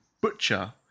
butcher